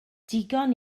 digon